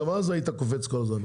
גם אז היית קופץ כל הזמן.